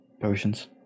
potions